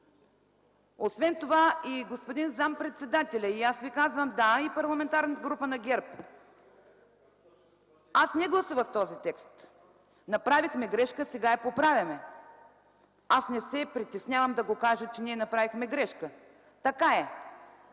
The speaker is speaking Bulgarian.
Освен това и господин заместник-председателят, и аз, и Парламентарната група на ГЕРБ ви казваме: „Да.” Аз не гласувах този текст. Направихме грешка, сега я поправяме. Аз не се притеснявам да го кажа, че ние направихме грешка. Така е!